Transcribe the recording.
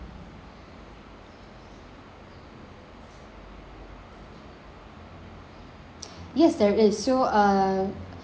yes there is so uh